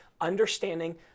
understanding